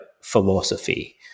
philosophy